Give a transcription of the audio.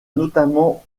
notamment